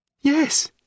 Yes